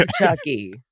Chucky